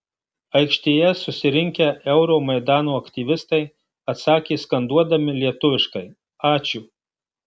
aikštėje susirinkę euromaidano aktyvistai atsakė skanduodami lietuviškai ačiū